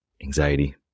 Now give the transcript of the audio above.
Anxiety